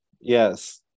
Yes